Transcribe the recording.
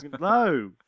No